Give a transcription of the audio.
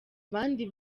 abandi